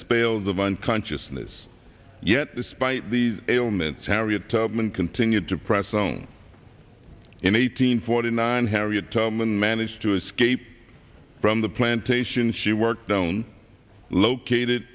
spells of unconsciousness yet despite the ailments harriet tubman continued to press on in eighteen forty nine harriet tubman managed to escape from the plantation she worked down located